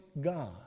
God